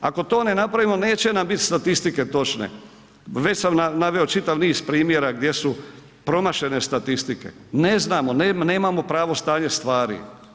Ako to ne napravimo, neće nam biti statistike točne, već sam naveo čitav niz primjera gdje su promašene statistike, ne znamo, nemamo pravo stanje stvari.